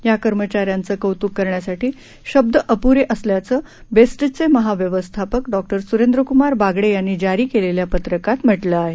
या कर्मचाऱ्यांचं कौतुक करण्यासाठी शब्द अपुरे असल्याचं बेस्टचे महाव्यवस्थापक डॉ सुरेंद्रकुमार बागडे यांनी जारी केलेल्या पत्रकात म्हटलं आहे